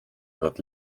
wird